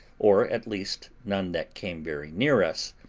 or, at least, none that came very near us,